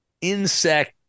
insect